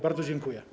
Bardzo dziękuję.